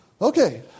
Okay